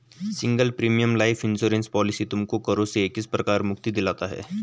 Single premium life insurance policy तुमको करों से किस प्रकार मुक्ति दिलाता है?